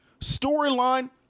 storyline